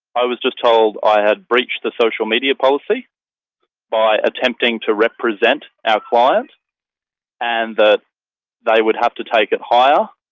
i was just told i had breached the social media policy by attempting to represent our client and that they would have to take it higher,